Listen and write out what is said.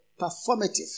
performative